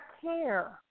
care